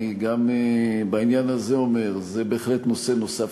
אני גם בעניין הזה אומר: זה בהחלט נושא נוסף